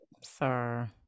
sir